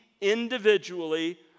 individually